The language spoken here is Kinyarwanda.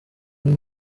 muri